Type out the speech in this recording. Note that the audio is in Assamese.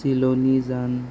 চিলনীজান